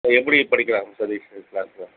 இப்போ எப்படி படிக்கிறான் சதிஷ்ஷு க்ளாஸில்